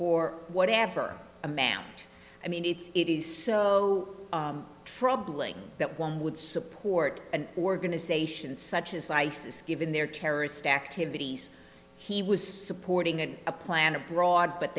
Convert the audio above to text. for whatever amount i mean it's it is so troubling that one would support an organization such as isis given their terrorist activities he was supporting and a plan abroad but